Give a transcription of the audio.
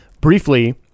briefly